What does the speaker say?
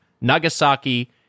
Nagasaki